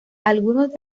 algunos